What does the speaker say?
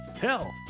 Hell